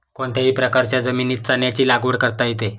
कोणत्याही प्रकारच्या जमिनीत चण्याची लागवड करता येते